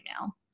now